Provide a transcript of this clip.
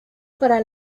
para